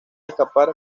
escapar